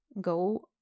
go –